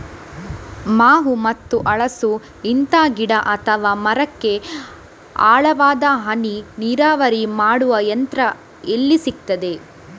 ಮಾವು ಮತ್ತು ಹಲಸು, ಇಂತ ಗಿಡ ಅಥವಾ ಮರಕ್ಕೆ ಆಳವಾದ ಹನಿ ನೀರಾವರಿ ಮಾಡುವ ಯಂತ್ರ ಎಲ್ಲಿ ಸಿಕ್ತದೆ?